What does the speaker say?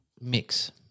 mix